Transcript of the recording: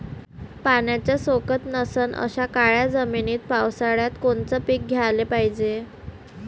पाण्याचा सोकत नसन अशा काळ्या जमिनीत पावसाळ्यात कोनचं पीक घ्याले पायजे?